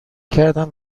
کردم